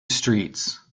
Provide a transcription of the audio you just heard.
streets